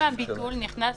הביטול נכנס